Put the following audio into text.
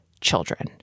children